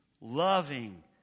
loving